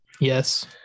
Yes